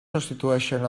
constitueixen